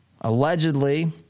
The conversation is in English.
allegedly